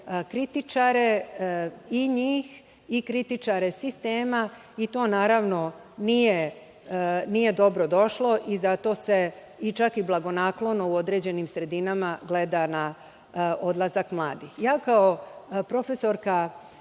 kritičare njih i kritičare sistema, i to naravno nije dobro došlo i zato se, čak i blagonaklono, u nekim sredinama gleda na odlazak mladih. Ja kao profesorka